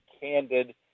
candid